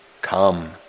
Come